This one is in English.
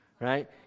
Right